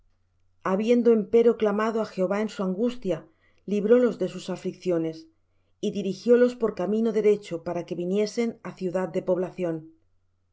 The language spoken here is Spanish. habiendo empero clamado á jehová en su angustia librólos de sus aflicciones y dirigiólos por camino derecho para que viniesen á ciudad de población